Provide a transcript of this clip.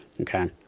Okay